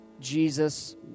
Jesus